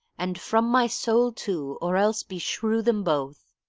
and from my soul too or else beshrew them both.